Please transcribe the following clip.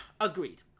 agreed